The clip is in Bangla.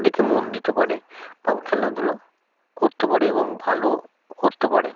দিকে মন দিতে পারে বা খেলাধুলো করতে পারে এবং ভালো করতে পারে